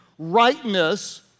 rightness